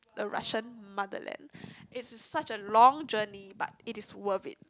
the Russian motherland it is such a long journey but it is worth it